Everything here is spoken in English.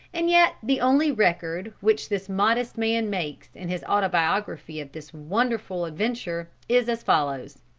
and yet the only record which this modest man makes, in his autobiography, of this wonderful adventure is as follows